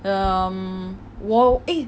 um 我 eh